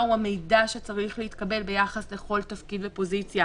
מהו המידע שצריך להתקבל ביחס לכל תפקיד ופוזיציה